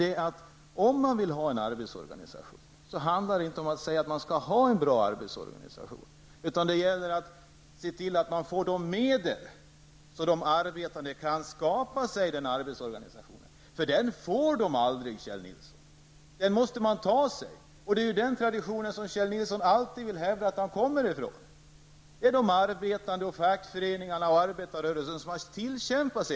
Om man vill ha en arbetsorganisation, handlar det inte om att säga att det skall vara en bra arbetsorganisation, utan då gäller det att se till att man får de medel som behövs för att de arbetande skall kunna skapa en arbetsorganisation. En sådan får man alltså aldrig utan vidare, Kjell Nilsson! I stället måste man ta för sig. Det är ju den tradition som Kjell Nilsson alltid har velat hävda. Det handlar om vad de arbetande, fackföreningarna och arbetarrörelsen har tillkämpat sig.